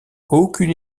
aucune